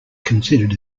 considered